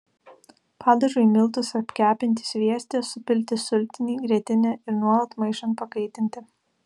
padažui miltus apkepinti svieste supilti sultinį grietinę ir nuolat maišant pakaitinti